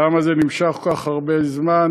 למה זה נמשך כל כך הרבה זמן?